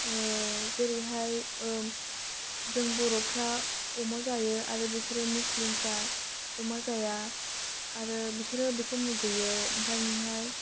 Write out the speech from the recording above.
जेरैहाय जों बर' फ्रा अमा जायो आरो बिसोरो मुस्लिमफ्रा अमा जाया आरो बिसोरो बिखौ मुगैयो माने हाय